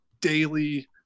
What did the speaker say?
daily